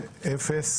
נגד אפס